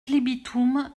libitum